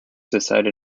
decided